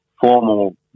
formal